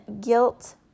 guilt